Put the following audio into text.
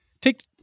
take